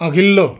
अघिल्लो